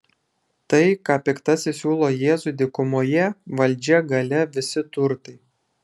tai ką piktasis siūlo jėzui dykumoje valdžia galia visi turtai